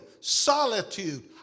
solitude